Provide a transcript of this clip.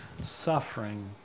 suffering